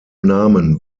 namen